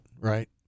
right